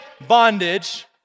bondage